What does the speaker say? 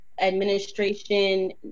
administration